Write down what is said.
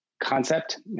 concept